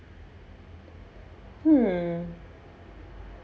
hmm